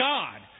God